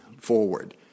forward